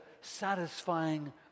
satisfying